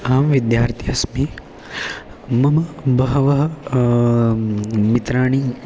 अहं विद्यार्थी अस्मि मम बहवः मित्राणि